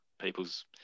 people's